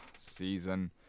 season